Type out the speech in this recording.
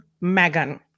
Megan